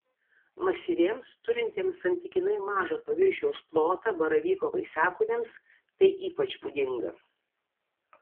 masyviems turintiems santykinai mažą paviršiaus plotą baravyko vaisiakūniams tai ypač būdinga